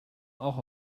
auch